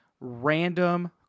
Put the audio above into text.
random